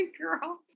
girl